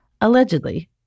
Allegedly